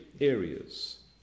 areas